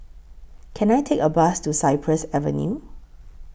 Can I Take A Bus to Cypress Avenue